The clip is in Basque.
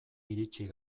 iritsi